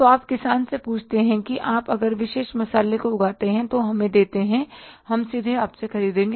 तो आप किसान से पूछते हैं कि आप अगर विशेष मसाले को उगाते हैं हमें देते हैं हम सीधे आपसे खरीदेंगे